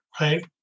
right